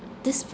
this